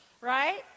right